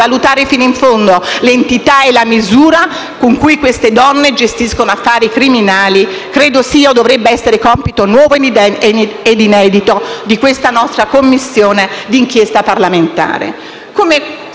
valutare fino in fondo l'entità e la misura con cui queste donne gestiscono affari criminali; credo che questo sia o dovrebbe essere compito nuovo ed inedito di questa nostra Commissione parlamentare